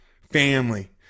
family